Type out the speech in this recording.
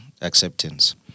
acceptance